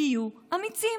תהיו אמיצים.